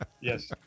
Yes